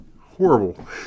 Horrible